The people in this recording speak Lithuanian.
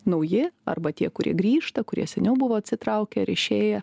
nauji arba tie kurie grįžta kurie seniau buvo atsitraukę ir išėję